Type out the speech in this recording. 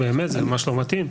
באמת זה ממש לא מתאים.